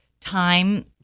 time